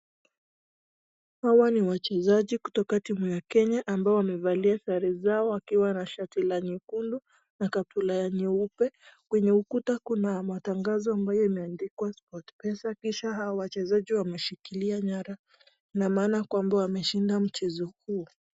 Hawa ni wachezaji kutoka timu ya Kenya ambao wamevalia sare zao wakiwa na shati la nyekundu na kaptula ya nyeupe. Kwenye ukuta kuna matangazo moja imeandikwa sportpesa, kisha hawa wachezaji wameshikilia nyara Ina maana kwamba wameshinda mchezo huo.